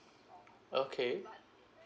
okay